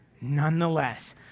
Nonetheless